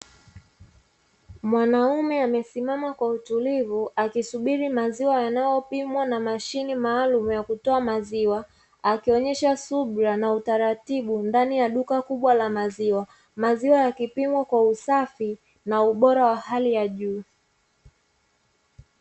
Mwanaume amesimama kwa utulivu akisubiri maziwa yanayopimwa na mashine maalum ya kutoa maziwa, akionyesha subira na utaratibu ndani ya duka kubwa la maziwa, maziwa yakipimwa kwa usafi na ubora wa hali ya juu.